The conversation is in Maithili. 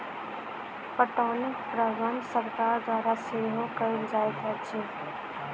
पटौनीक प्रबंध सरकार द्वारा सेहो कयल जाइत अछि